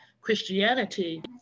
Christianity